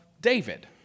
David